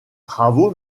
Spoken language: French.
travaux